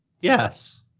Yes